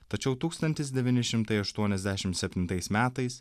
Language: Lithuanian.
tačiau tūkstantis devyni šimtai aštuoniasdešim septintais metais